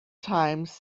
times